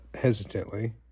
hesitantly